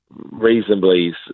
reasonably